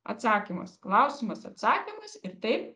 atsakymas klausimas atsakymas ir taip